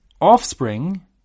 offspring